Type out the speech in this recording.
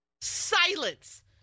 silence